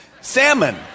Salmon